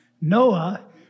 Noah